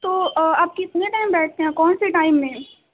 تو آپ کتنے ٹائم بیٹھتے ہیں کون سے ٹائم میں